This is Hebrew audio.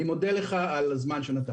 אני מודה לך על הזמן שנתת לי.